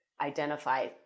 identify